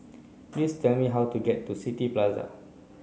please tell me how to get to City Plaza